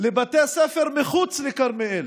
לבתי ספר מחוץ לכרמיאל.